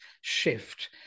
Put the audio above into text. shift